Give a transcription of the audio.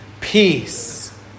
peace